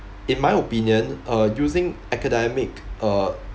in my opinion uh using academic uh